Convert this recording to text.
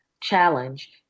Challenge